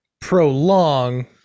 prolong